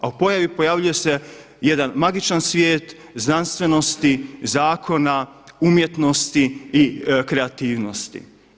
A u pojavi pojavljuje se jedan magičan svijet znanstvenosti, zakona, umjetnosti i kreativnosti.